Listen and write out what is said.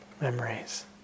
memories